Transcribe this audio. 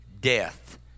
death